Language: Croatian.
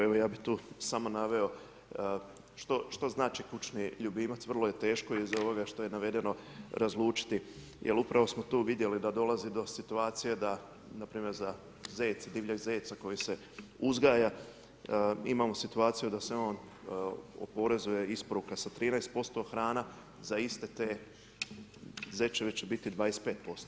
Evo ja bi tu samo naveo što znači kućni ljubimac, vrlo je teško iz ovoga što je navedeno razlučiti jer upravo smo tu vidjeli da dolazi do situacije da npr. za zeca, divljeg zeca koji se uzgaja, imamo situaciju da se on oporezuje, isporuka sa 13%, hrana za iste te zečeve će biti 25%